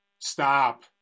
Stop